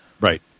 Right